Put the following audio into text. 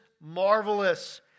marvelous